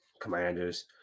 Commanders